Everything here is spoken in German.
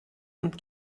und